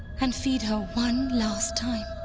and feed her one last time.